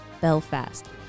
Belfast